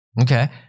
Okay